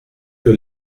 que